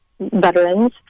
veterans